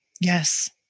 Yes